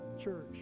church